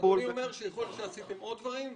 אדוני אומר שיכול להיות שעשיתם עוד דברים.